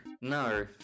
No